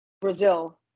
Brazil